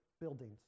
buildings